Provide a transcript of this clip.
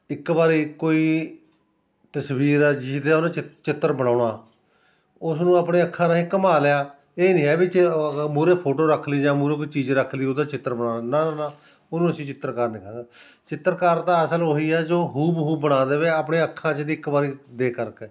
ਇੱਕ ਵਾਰੀ ਕੋਈ ਤਸਵੀਰ ਹੈ ਜਿਹਦਾ ਉਹਨੇ ਚਿੱਤ ਚਿੱਤਰ ਬਣਾਉਣਾ ਉਸਨੂੰ ਆਪਣੇ ਅੱਖਾਂ ਰਾਹੀਂ ਘੁੰਮਾ ਲਿਆ ਇਹ ਨਹੀਂ ਹੈ ਵਿੱਚੇ ਮੂਹਰੇ ਫੋਟੋ ਰੱਖ ਲਈ ਜਾਂ ਮੂਹਰੇ ਕੋਈ ਚੀਜ਼ ਰੱਖ ਲਈ ਉਹਦਾ ਚਿੱਤਰ ਬਣਾ ਨਾ ਨਾ ਨਾ ਉਹਨੂੰ ਅਸੀਂ ਚਿੱਤਰਕਾਰ ਨਹੀਂ ਕਹਿਦੇ ਚਿੱਤਰਕਾਰ ਤਾਂ ਅਸਲ ਉਹੀ ਆ ਜੋ ਹੂ ਬ ਹੂ ਬਣਾ ਦੇਵੇ ਆਪਣੇ ਅੱਖਾਂ 'ਚ ਦੀ ਇੱਕ ਵਾਰੀ ਦੇਖ ਕਰਕੇ